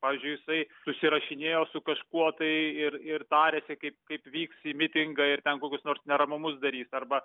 pavyzdžiui jisai susirašinėjo su kažkuo tai ir ir tarėsi kaip kaip vyks į mitingą ir ten kokius nors neramumus darys arba